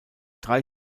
drei